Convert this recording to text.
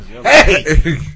Hey